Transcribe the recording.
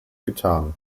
getan